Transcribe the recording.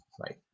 right